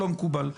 לא מקובל.